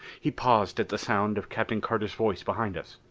he paused at the sound of captain carter's voice behind us.